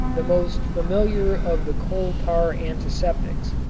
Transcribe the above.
the most familiar of the coal-tar antiseptics,